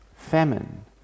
famine